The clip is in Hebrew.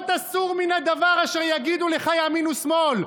אמר לי עליו: "לא תסור מן הדבר אשר יגידו לך ימין ושמאל".